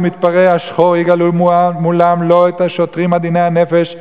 ומתפרעי השחור יגלו מולם לא את השוטרים עדיני הנפש,